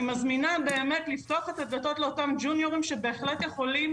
אני מזמינה באמת לפתוח את הדלתות לאותם ג'וניורים שבהחלט יכולים